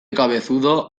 cabezudo